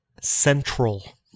central